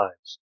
lives